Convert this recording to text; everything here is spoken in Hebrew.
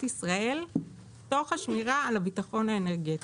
ישראל תוך שמירה על בטחונה האנרגטי.